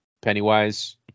pennywise